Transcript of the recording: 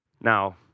Now